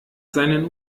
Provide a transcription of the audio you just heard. seinen